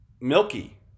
milky